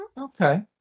Okay